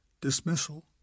dismissal